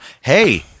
hey